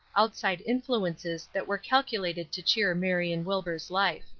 outside influences that were calculated to cheer marion wilbur's life.